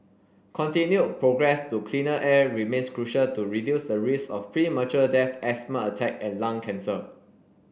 continued progress to cleaner air remains crucial to reduce the risk of premature death asthma attack and lung cancer